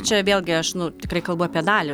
čia vėlgi aš nu tikrai kalbu apie dalį